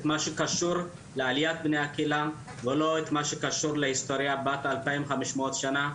את מה שקשור לעליית בני הקהילה ולא את מה שקשור להיסטוריה בת 2,500 שנה,